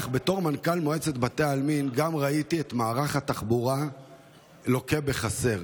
בתור מנכ"ל מועצת בתי העלמין גם ראיתי שמערך התחבורה לוקה בחסר,